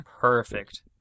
Perfect